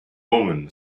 omen